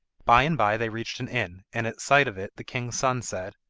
by-and-by they reached an inn, and at sight of it the king's son said,